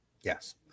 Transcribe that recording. Yes